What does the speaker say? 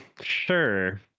sure